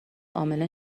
امنه